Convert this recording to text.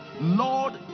lord